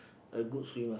a good swimmer